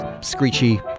screechy